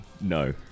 No